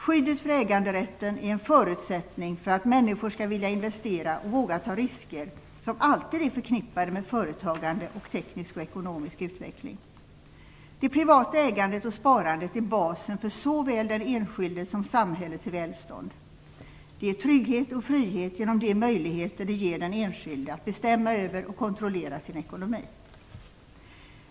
Skyddet för äganderätten är en förutsättning för att människor skall vilja investera och våga ta risker som alltid är förknippade med företagande och teknisk och ekonomisk utveckling. Det privata ägandet och sparandet är basen för såväl den enskildes som samhällets välstånd. Det ger trygghet och frihet genom de möjligheter det ger den enskilde att bestämma över och kontrollera sin ekonomi.